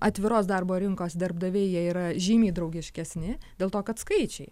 atviros darbo rinkos darbdaviai jie yra žymiai draugiškesni dėl to kad skaičiai